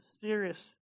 serious